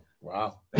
wow